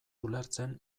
ulertzen